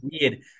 weird